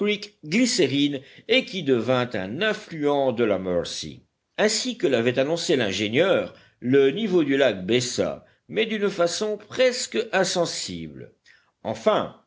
creek glycérine et qui devint un affluent de la mercy ainsi que l'avait annoncé l'ingénieur le niveau du lac baissa mais d'une façon presque insensible enfin